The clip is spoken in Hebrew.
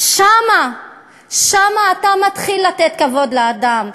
שם אתה מתחיל לתת כבוד לאדם,